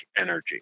energy